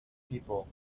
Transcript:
people